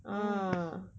mm